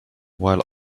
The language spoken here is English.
while